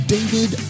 David